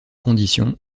conditions